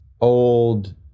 old